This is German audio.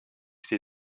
sie